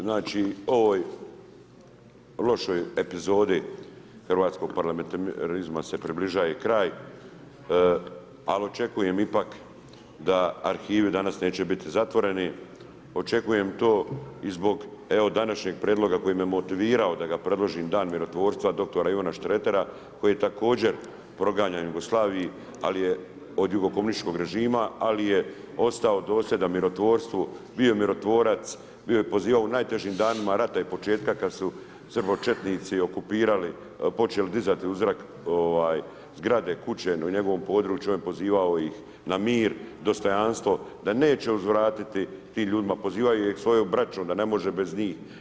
Znači, ovoj lošoj epizodi hrvatskog parlamentarizma se približava kraj, ali očekujem ipak da arhivi danas neće biti zatvoreni, očekujem to i zbog današnjeg prijedloga koji me motivirao da ga predložim Dan mirotvorstva doktora Ivana Šretera koji je također proganjan u Jugoslaviji, ali je od jugokomunističkog režima, ali je ostao dosljedan mirotvorstvu, bio mirotvorac, bio je pozivao u najtežim danima rata i početka kad su srbočetnici okupirali, počeli dizati u zrak zgrade, kuće na njegovom području, on je pozivao ih na mir, dostojanstvo, da neće uzvratiti tim ljudima, pozivao ih je svojom braćom, da ne može bez njih.